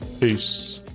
Peace